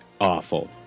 awful